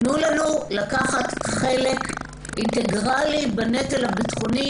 תנו לנו לקחת חלק אינטגרלי בנטל הביטחוני